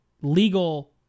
legal